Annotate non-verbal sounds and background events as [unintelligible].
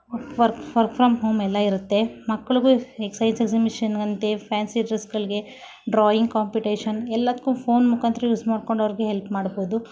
work work from ಹೋಮೆಲ್ಲ ಇರುತ್ತೆ ಮಕ್ಳಿಗೂ [unintelligible] ಮಿಷಿನ್ ಅಂತೇ ಫ್ಯಾನ್ಸಿ ಡ್ರೆಸ್ಗಳಿಗೆ ಡ್ರಾಯಿಂಗ್ ಕಾಂಪಿಟೇಷನ್ ಎಲ್ಲದಕ್ಕೂ ಫೋನ್ ಮುಖಾಂತರ ಯೂಸ್ ಮಾಡ್ಕೊಂಡು ಅವರಿಗೆ ಹೆಲ್ಪ್ ಮಾಡ್ಬಹುದು